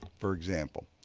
for example.